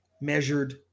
measured